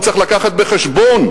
הוא צריך להביא בחשבון